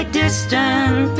distant